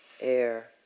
air